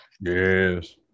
Yes